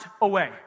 away